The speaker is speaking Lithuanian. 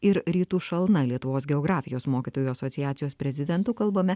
ir rytu šalna lietuvos geografijos mokytojų asociacijos prezidentu kalbame